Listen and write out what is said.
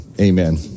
amen